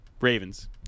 Ravens